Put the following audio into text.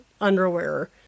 underwear